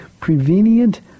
prevenient